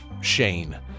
Shane